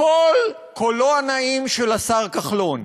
הקול, קולו הנעים של השר כחלון,